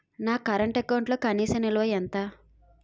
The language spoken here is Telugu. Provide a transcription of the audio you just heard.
నా కరెంట్ అకౌంట్లో కనీస నిల్వ ఎంత?